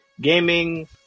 gaming